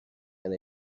and